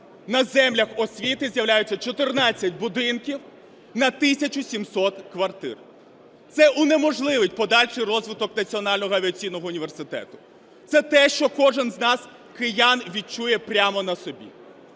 На землях освіти з'являються 14 будинків на 1 тисячу 700 квартир. Це унеможливить подальший розвиток Національного авіаційного університету. Це те, що кожен з нас киян відчує прямо на собі.